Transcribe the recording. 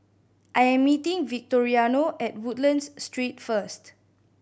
I am meeting Victoriano at Woodlands Street first